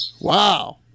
Wow